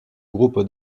groupe